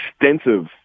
extensive